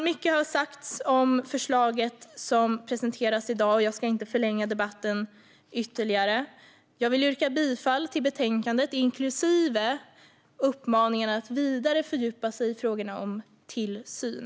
Mycket har sagts om det förslag som presenteras i dag. Jag ska inte förlänga debatten ytterligare. Jag vill yrka bifall till utskottets förslag i betänkandet, inklusive uppmaningen att man ska fördjupa sig vidare i frågorna om tillsyn.